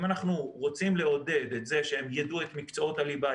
אם אנחנו רוצים לעודד את זה שהם יידעו את מקצועות הליבה,